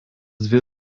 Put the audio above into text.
dvi